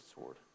sword